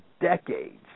decades